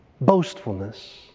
boastfulness